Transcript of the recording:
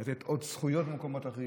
לתת עוד זכויות ממקומות אחרים.